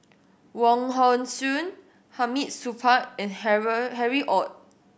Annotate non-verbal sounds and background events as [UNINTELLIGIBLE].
Wong Hong Suen Hamid Supaat and [UNINTELLIGIBLE] Harry Ord